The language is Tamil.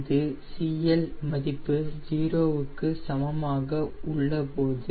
இது CL மதிப்பு 0 க்கு சமமாக உள்ளபோது